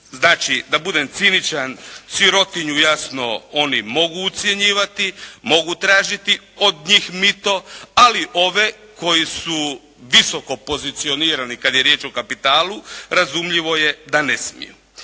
Znači da budem ciničan sirotinju jasno oni mogu ucjenjivati, mogu tražiti od njih mito, ali ove koji su visoko pozicionirani kad je riječ o kapitalu razumljivo je da ne smiju.